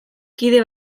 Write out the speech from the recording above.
kide